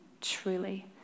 truly